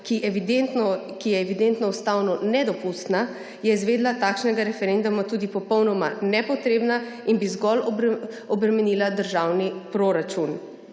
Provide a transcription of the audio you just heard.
ki je evidentno ustavno nedopustna, je izvedba takšnega referenduma tudi popolnoma nepotrebna in bi zgolj obremenila državni proračun.